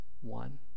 one